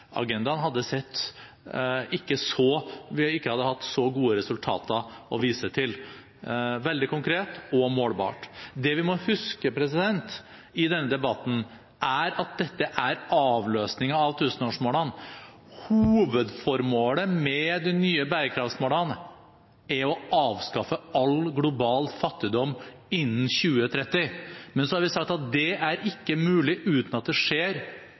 ikke hadde hatt så gode resultater å vise til – veldig konkret og målbart. Det vi må huske i denne debatten, er at dette er avløsningen av tusenårsmålene. Hovedformålet med de nye bærekraftmålene er å avskaffe all global fattigdom innen 2030. Men så har vi sagt at det ikke er mulig uten at det skjer